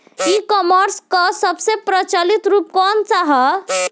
ई कॉमर्स क सबसे प्रचलित रूप कवन सा ह?